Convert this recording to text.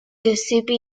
giuseppe